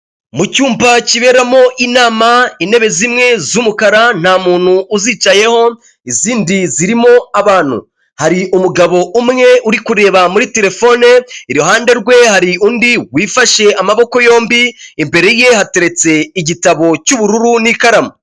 Mu cyumba kiberamo inama, intebe zimwe z'umukara nta muntu uzicayeho, izindi zirimo abantu. Hari umugabo umwe uri kureba muri telefone, iruhande rwe hari undi wifashe amaboko yombi, imbere ye hateretse igitabo cy'ubururu n'ikaramu.